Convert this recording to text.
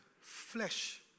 flesh